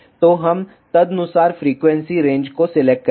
तो हम तदनुसार फ्रीक्वेंसी रेंज को सिलेक्ट करेंगे